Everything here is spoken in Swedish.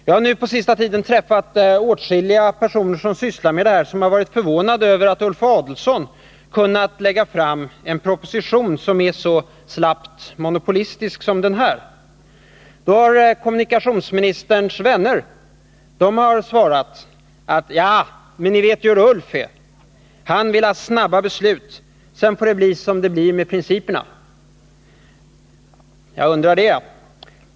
Jag har på sista tiden träffat åtskilliga personer som sysslar med dessa saker och som varit förvånade över att Ulf Adelsohn kunnat lägga fram en proposition som är så slappt monopolistisk. Kommunikationsministerns vänner har då svarat: Ah, ni vet väl hurdan Ulf är! Han vill ha snabba beslut — sedan får det bli som det blir med principerna. Men jag undrar det?